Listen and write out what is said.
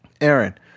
Aaron